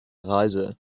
reise